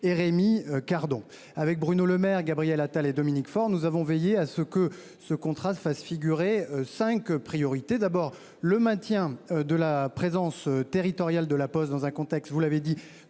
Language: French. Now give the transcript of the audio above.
et Rémi Cardon avec Bruno Lemaire Gabriel Attal et Dominique Faure nous avons veillé à ce que ce contrat fasse figurer 5 priorités, d'abord le maintien de la présence territoriale de la Poste dans un contexte, vous l'avez dit